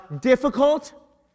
difficult